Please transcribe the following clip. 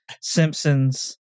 Simpsons